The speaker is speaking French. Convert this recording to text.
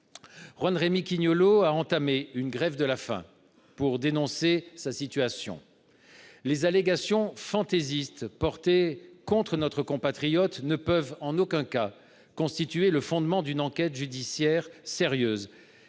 Juan Rémy Quignolot a entamé une grève de la faim pour dénoncer sa situation. Les allégations fantaisistes portées contre lui ne peuvent en aucun cas constituer le fondement d'une enquête judiciaire sérieuse.